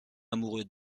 amoureux